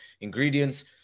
ingredients